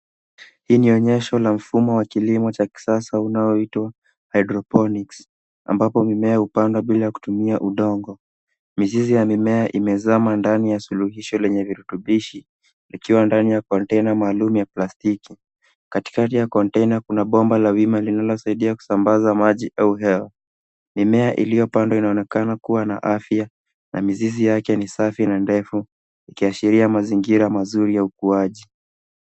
Hii ni onyesho la mfumo wa kilimo cha kisasa unaoitwa Hydroponics ambapo mimea hupandwa bila kutumia udongo. Mizizi ya mimea imezama ndani ya suluhisho lenye virutubishi likiwa ndani ya container maalum ya plastiki. Katikati ya container kuna bomba la wima linalosaidia kusambaza maji au hewa. Mimea iliyopandwa inaonekana kuwa na afya na mizizi yake ni safi na ndefu ikiashiria mazingira mazuri ya ukuaji.